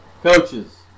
Coaches